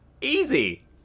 Easy